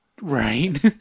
right